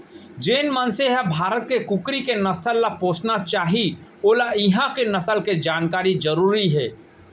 जेन मनसे ह भारत के कुकरी के नसल ल पोसना चाही वोला इहॉं के नसल के जानकारी जरूरी हे